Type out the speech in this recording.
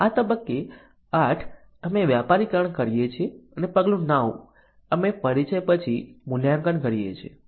આ તબક્કે 8 અમે વ્યાપારીકરણ કરીએ છીએ અને પગલું 9 અમે પરિચય પછી મૂલ્યાંકન કરીએ છીએ